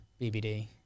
BBD